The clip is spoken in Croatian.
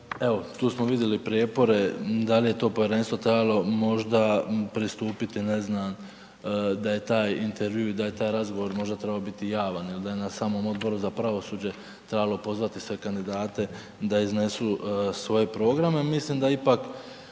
tu smo vidjeli prijepore da li je to povjerenstvo trebalo možda pristupiti ne znam, da je taj intervju, da je taj razgovor možda trebao biti javan ili da je na samom Odboru za pravosuđe trebalo pozvati sve kandidate da iznesu svoje programe,